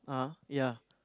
(uh huh) ya